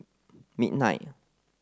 midnight